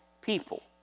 people